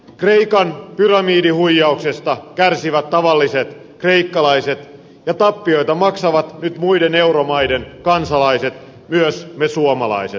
kreikan pyramidihuijauksesta kärsivät tavalliset kreikkalaiset ja tappioita maksavat nyt muiden euromaiden kansalaiset myös me suomalaiset